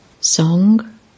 Song